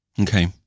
okay